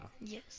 Yes